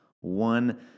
one